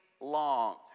long